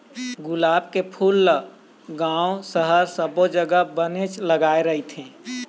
गुलाब के फूल ल गाँव, सहर सब्बो जघा बनेच लगाय रहिथे